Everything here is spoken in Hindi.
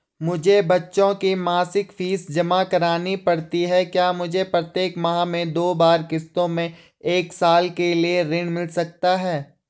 मुझे बच्चों की मासिक फीस जमा करनी पड़ती है क्या मुझे प्रत्येक माह में दो बार किश्तों में एक साल के लिए ऋण मिल सकता है?